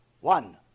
One